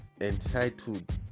entitled